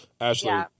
Ashley